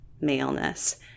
maleness